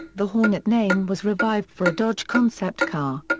the hornet name was revived for a dodge concept car.